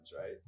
right